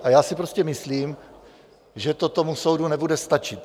A já si prostě myslím, že to soudu nebude stačit.